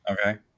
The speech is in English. Okay